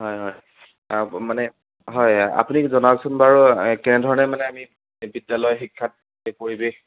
হয় হয় আৰু ব মানে হয় আপুনি জনাওকচোন বাৰু এই কেনেধৰণে মানে আমি বিদ্যালয় শিক্ষা পৰিৱেশ